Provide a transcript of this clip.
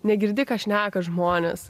negirdi ką šneka žmonės